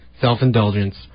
self-indulgence